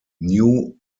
new